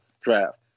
draft